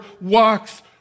walks